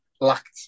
lacked